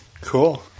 Cool